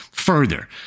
Further